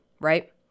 right